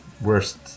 worst